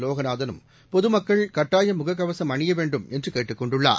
லோகநாதனும் பொதமக்கள் கட்டாயம் முகக்கவசம் அணியவேண்டும் என்றுகேட்டுக் கொண்டுள்ளார்